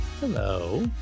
Hello